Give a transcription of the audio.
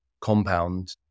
compound